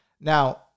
Now